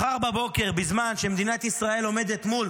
מחר בבוקר, בזמן שמדינת ישראל עומדת מול